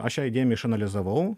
aš ją įdėmiai išanalizavau